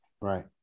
Right